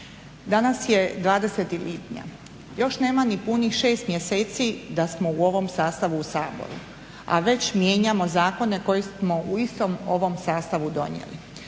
Danas je 20. lipnja, još nema ni punih 6 mjeseci da smo u ovom sastavu u Saboru, a već mijenjamo zakone koje smo u istom ovom sastavu donijeli.